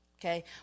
Okay